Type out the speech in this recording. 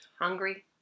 Hungry